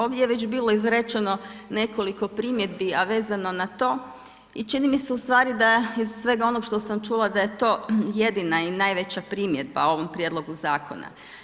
Ovdje je bilo izrečeno nekoliko primjedbi, a vezano na to i čini mi se da iz svega onoga što sam čula da je to jedina i najveća primjedba ovom prijedlogu zakona.